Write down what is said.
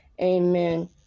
amen